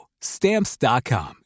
stamps.com